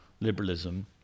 liberalism